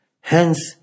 Hence